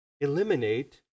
eliminate